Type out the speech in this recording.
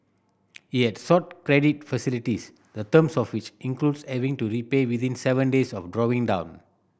he had sought credit facilities the terms of which includes having to repay within seven days of drawing down